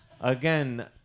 again